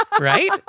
right